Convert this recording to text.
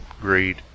greed